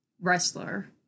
wrestler